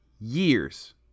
years